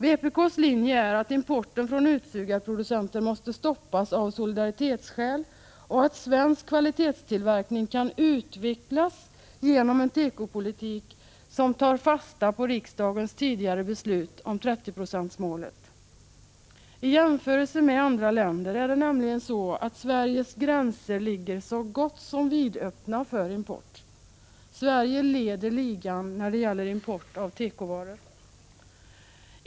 Vpk:s linje är att importen från utsugarproducenter måste stoppas av solidaritetsskäl och att svensk kvalitetstillverkning kan utvecklas genom en tekopolitik som tar fasta på riksdagens tidigare beslut om 30-procentsmålet. I jämförelse med andra länder ligger Sveriges gränser nämligen så gott som vidöppna för import. Sverige leder ligan när det gäller import av tekovaror.